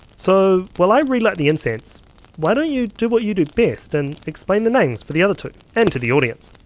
so while i relight the incense why don't you do what you do best and explain the names for the other two, and to the audience?